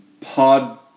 pod